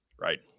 right